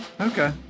Okay